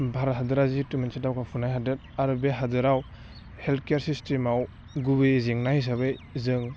भारत हादरा जिहेथु मोनसे दावगाफुनाय हादोर आरो बे हादोराव हेल्थकेयार सिस्टेमाव गुबैयै जेंना हिसाबै जों